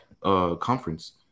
conference